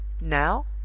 Now